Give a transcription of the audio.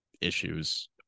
issues